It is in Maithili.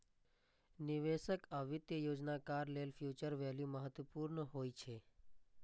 निवेशक आ वित्तीय योजनाकार लेल फ्यूचर वैल्यू महत्वपूर्ण होइ छै